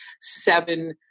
seven